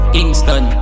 Kingston